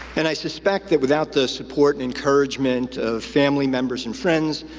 and i suspect that without the support and encouragement of family members and friends,